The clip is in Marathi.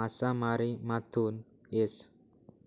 मासामारीमाथून येस